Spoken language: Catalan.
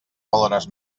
valores